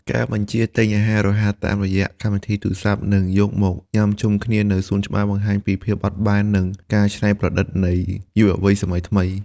ការបញ្ជាទិញអាហាររហ័សតាមរយៈកម្មវិធីទូរស័ព្ទ និងយកមកញ៉ាំជុំគ្នានៅសួនច្បារ បង្ហាញពីភាពបត់បែន និងការច្នៃប្រឌិតនៃយុវវ័យសម័យថ្មី។